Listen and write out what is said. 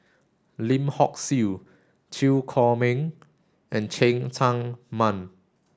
Lim Hock Siew Chew Chor Meng and Cheng Tsang Man